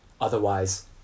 Otherwise